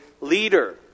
leader